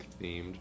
themed